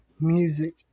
music